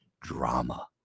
drama